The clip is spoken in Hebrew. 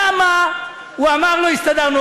למה הוא אמר לו הסתדרנו?